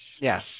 Yes